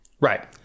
Right